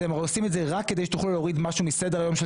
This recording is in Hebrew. אתם עושים את זה רק כדי שתוכלו להוריד משהו מסדר היום של